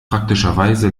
praktischerweise